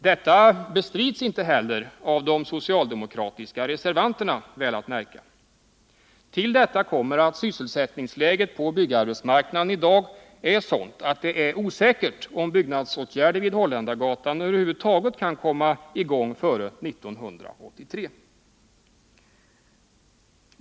Detta bestrids inte heller av de socialdemokratiska reservanterna, väl att märka. Härtill kommer att sysselsättningsläget på byggarbetsmarknaden är sådant att det är osäkert om byggnadsåtgärder vid Holländargatan över huvud taget kan komma i gång före 1983.